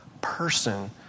person